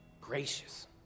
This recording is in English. gracious